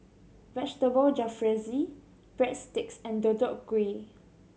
Vegetable Jalfrezi Breadsticks and Deodeok Gui